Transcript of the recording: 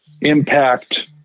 impact